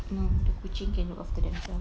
mm the kucing can look after themselves